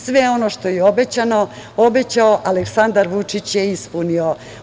Sve ono što je obećao Aleksandar Vučić, on je ispunio.